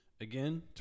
again